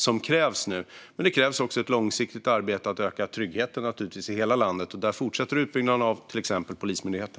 Det krävs naturligtvis också ett långsiktigt arbete med att öka tryggheten i hela landet. Där fortsätter utbyggnaden av till exempel Polismyndigheten.